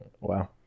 Wow